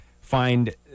find